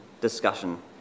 discussion